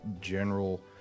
general